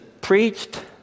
preached